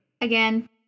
Again